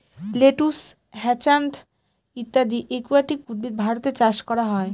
lettuce, hyacinth ইত্যাদি aquatic উদ্ভিদ ভারতে চাষ করা হয়